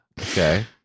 Okay